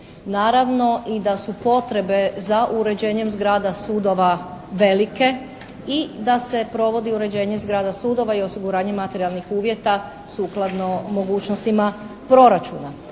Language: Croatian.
Naravno i da su potrebe za uređenjem zgrada sudova velike i da se provodi uređenje zgrada sudova i osiguranje materijalnih uvjeta sukladno mogućnostima proračuna.